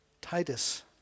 Titus